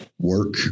work